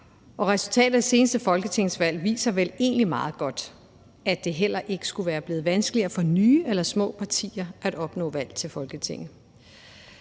resultatet af det seneste folketingsvalg viser vel egentlig meget godt, at det heller ikke skulle være blevet vanskeligere for nye eller små partier at opnå valg til Folketinget.